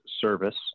service